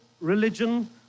religion